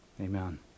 Amen